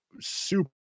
super